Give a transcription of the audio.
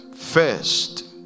first